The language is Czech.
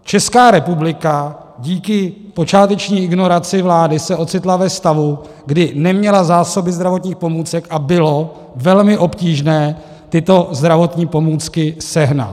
Česká republika se kvůli počáteční ignoraci vlády se ocitla ve stavu, kdy neměla zásoby zdravotních pomůcek a bylo velmi obtížné tyto zdravotní pomůcky sehnat.